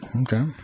Okay